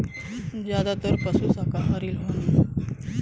जादातर पसु साकाहारी होलन